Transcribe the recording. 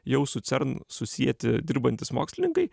jau su cern susieti dirbantys mokslininkai